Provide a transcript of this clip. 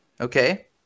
Okay